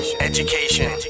education